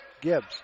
Gibbs